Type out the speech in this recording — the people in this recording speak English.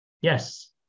Yes